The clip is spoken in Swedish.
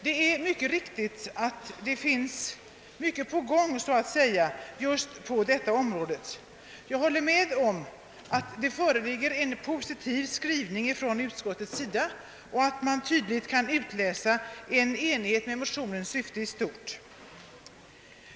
Det är riktigt att mycket är så att säga på gång just inom detta område. Jag håller med om att det föreligger en positiv skrivning från utskottets sida och att man tydligt kan utläsa en enighet med motionens syfte i stort.